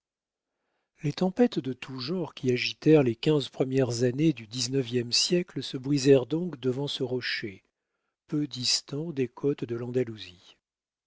les tempêtes de tout genre qui agitèrent les quinze premières années du dix-neuvième siècle se brisèrent donc devant ce rocher peu distant des côtes de l'andalousie